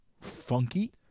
funky